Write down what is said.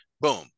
Boom